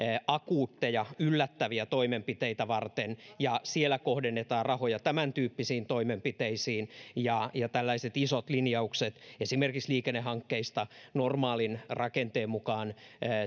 akuutteja yllättäviä toimenpiteitä varten ja siellä kohdennetaan rahoja tämäntyyppisiin toimenpiteisiin ja ja tällaiset isot linjaukset esimerkiksi liikennehankkeista normaalin rakenteen mukaan